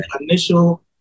initial